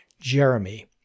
Jeremy